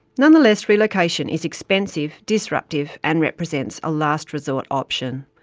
nonetheless, relocation is expensive, disruptive, and represents a last-resort option.